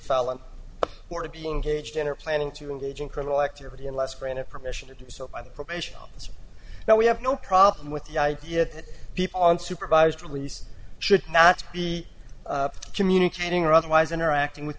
felon or to be engaged in or planning to engage in criminal activity unless granted permission to do so by the probation officer now we have no problem with the idea that people on supervised release should not be communicating or otherwise interacting with